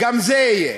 גם זה יהיה.